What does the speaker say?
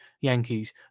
Yankees